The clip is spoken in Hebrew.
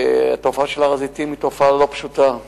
התופעה של הר-הזיתים היא תופעה לא פשוטה.